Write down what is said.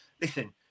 Listen